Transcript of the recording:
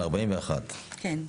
על 41. כן.